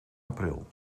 april